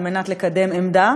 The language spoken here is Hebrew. כדי לקדם עמדה,